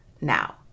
now